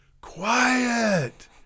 quiet